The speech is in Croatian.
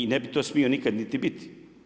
I ne bi to smio nikada niti biti.